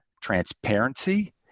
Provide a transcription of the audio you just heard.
transparency